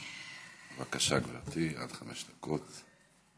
בבקשה, גברתי, עד חמש דקות.